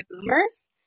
boomers